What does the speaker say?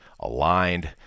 aligned